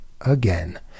again